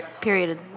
period